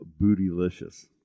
Bootylicious